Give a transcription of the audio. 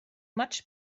much